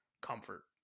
comfort